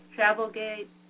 Travelgate